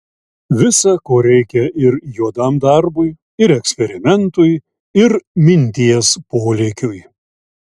visa ko reikia ir juodam darbui ir eksperimentui ir minties polėkiui